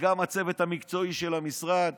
וגם הצוות המקצועי של המשרד